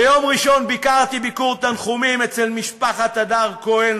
ביום ראשון ביקרתי ביקור תנחומים אצל משפחת הדר כהן,